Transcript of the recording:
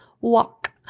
Walk